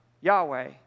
Yahweh